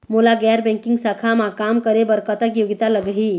मोला गैर बैंकिंग शाखा मा काम करे बर कतक योग्यता लगही?